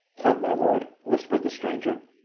come, my lord! whispered the stranger.